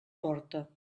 porta